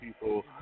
people